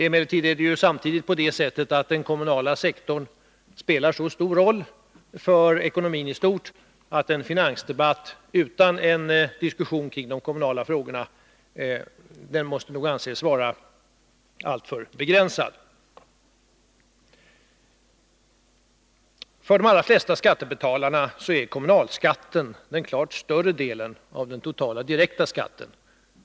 Emellertid är det samtidigt på det sättet, att den kommunala sektorn spelar så stor roll för ekonomin i stort att en finansdebatt utan en diskussion kring de kommunala frågorna nog måste anses vara alltför begränsad. För de allra flesta skattebetalarna är kommunalskatten den klart större delen av den totala direkta skatten.